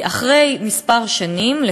אם אחרי כמה שנים,